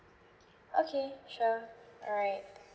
okay sure alright